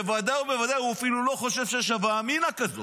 בוודאי ובוודאי הוא אפילו לא חושב שיש הווה אמינא כזו.